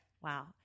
Wow